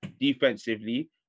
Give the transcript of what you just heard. defensively